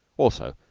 also,